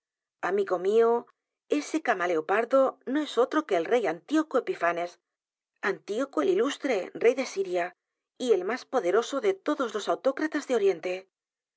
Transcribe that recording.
amigo mío ese camaleopardo no es otro que el rey antioco epifanes antioco el ilustre rey de siria y el más poderoso de todos los autócratas de oriente